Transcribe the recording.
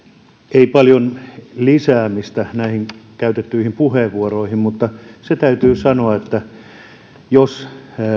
ei paljon lisäämistä näihin käytettyihin puheenvuoroihin mutta se täytyy sanoa että jos